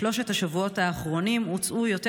בשלושת השבועות האחרונים הוצאו יותר